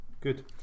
Good